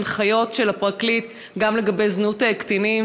הנחיות של הפרקליט גם לגבי זנות קטינים